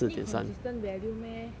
need consistent value meh